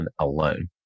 alone